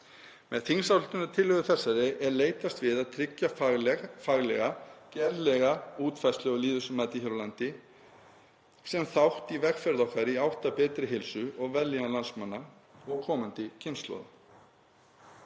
Með þingsályktunartillögu þessari er leitast við að tryggja faglega gerlega útfærslu og lýðheilsumat hér á landi sem þátt í vegferð okkar í átt að betri heilsu og vellíðan landsmanna og komandi kynslóða.